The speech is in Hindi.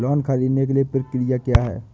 लोन ख़रीदने के लिए प्रक्रिया क्या है?